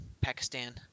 Pakistan